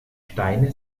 steine